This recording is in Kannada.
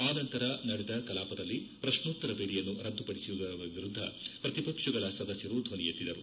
ಆ ನಂತರ ನಡೆದ ಕಲಾಪದಲ್ಲಿ ಪ್ರಶ್ನೋತ್ತರ ವೇಳೆಯನ್ನು ರದ್ದುಪಡಿಸಿರುವುದರ ವಿರುದ್ದ ಶ್ರತಿಪಕ್ಷಗಳ ಸದಸ್ಯರು ಧ್ವನಿ ಎತ್ತಿದರು